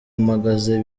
mpagaze